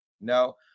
No